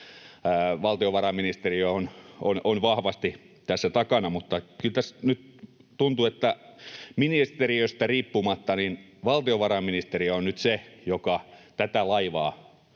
valtiovarainministeriö on vahvasti tässä takana, mutta kyllä tässä nyt tuntuu, että ministeriöstä riippumatta valtiovarainministeriö on nyt se, joka tätä laivaa